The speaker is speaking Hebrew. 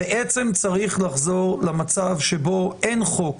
צריך לחזור למצב שבו אין חוק